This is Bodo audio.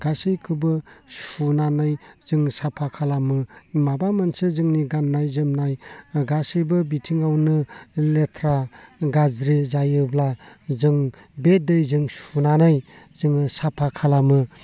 गासैखौबो सुनानै जों साफा खालामो माबा मोनसे जोंनि गाननाय जोमनाय गासैबो बिथिङावनो लेथ्रा गाज्रि जायोब्ला जों बे दैजों सुनानै जोङो साफा खालामो